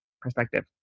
perspective